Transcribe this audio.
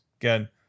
Again